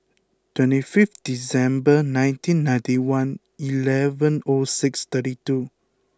twenty five December nineteen ninety one eleven O six thirty two